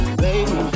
baby